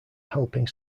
helping